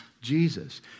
Jesus